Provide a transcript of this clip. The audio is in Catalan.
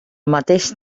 mateix